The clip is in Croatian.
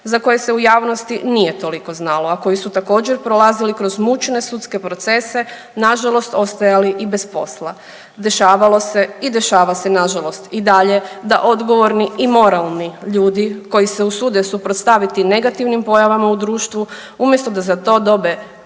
za koje se u javnosti nije toliko znalo, a koji su također prolazili kroz mučne sudske procese. Na žalost ostajali i bez posla. Dešavalo se i dešava se na žalost i dalje da odgovorni i moralni ljudi koji se usude suprotstaviti negativnim pojavama u društvu, umjesto da za to dobe